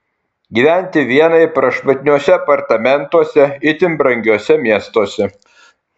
gyventi vienai prašmatniuose apartamentuose itin brangiuose miestuose